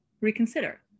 reconsider